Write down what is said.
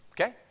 Okay